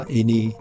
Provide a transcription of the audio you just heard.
ini